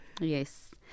Yes